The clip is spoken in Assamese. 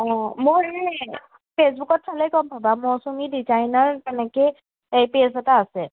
অঁ মই এই ফেচবুকত চালে গম পাবা মৌচুমী ডিজাইনাৰ তেনেকৈ এই পেজ এটা আছে